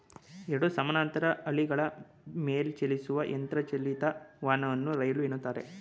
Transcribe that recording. ಎರಡು ಸಮಾನಾಂತರ ಹಳಿಗಳ ಮೇಲೆಚಲಿಸುವ ಯಂತ್ರ ಚಾಲಿತ ವಾಹನವನ್ನ ರೈಲು ಎನ್ನುತ್ತಾರೆ